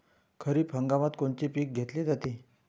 खरिप हंगामात कोनचे पिकं घेतले जाते?